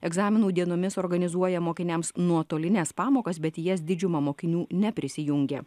egzaminų dienomis organizuoja mokiniams nuotolines pamokas bet į jas didžiuma mokinių neprisijungia